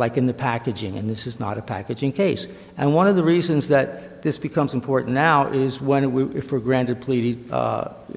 like in the packaging and this is not a packaging case and one of the reasons that this becomes important now is when we are for granted pleaded